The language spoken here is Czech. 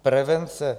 Prevence?